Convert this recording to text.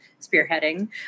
spearheading